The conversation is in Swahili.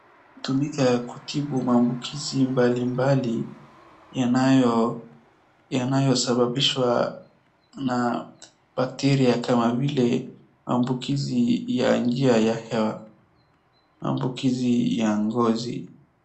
Hutumika kutibu maambukizi mbalimbali yanayosababishwa na bacteria kama vile maambukizi ya njia ya hewa, maambukizi ya ngozi.